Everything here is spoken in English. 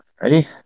Ready